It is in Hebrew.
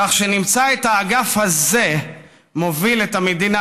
כך שנמצא את האגף הזה מוביל את המדינה